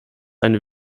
eine